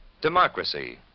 Democracy